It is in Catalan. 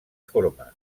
forma